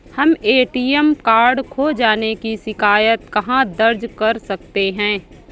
हम ATM card खो जाने की शिकायत कहाँ दर्ज कर सकते हैं?